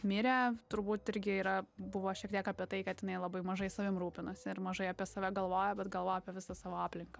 mirė turbūt irgi yra buvo šiek tiek apie tai kad jinai labai mažai savim rūpinosi ir mažai apie save galvojo bet galvojo apie visą savo aplinką